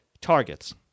targets